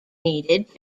needed